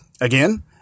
again